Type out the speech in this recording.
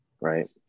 right